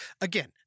Again